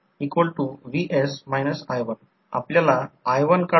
अशाच प्रकारे रिअॅक्टन्स देखील त्यामध्ये हस्तांतरित केला जाऊ शकतो म्हणून X2 देखील K 2 X2 असेल